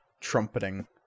trumpeting